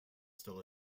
still